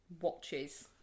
watches